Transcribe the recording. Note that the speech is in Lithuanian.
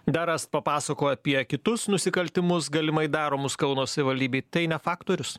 dar rast papasakojo apie kitus nusikaltimus galimai daromus kauno savivaldybėj tai ne faktorius